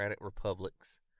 republics